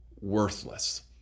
Worthless